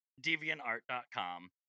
deviantart.com